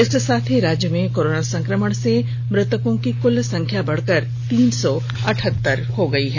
इसके साथ ही राज्य में कोरोना संकमण से मृतकों की कुल संख्या बढ़कर तीन सौ अठहत्तर पहुंच गई है